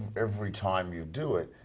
every time you do it.